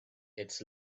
its